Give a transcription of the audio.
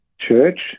church